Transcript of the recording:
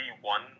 one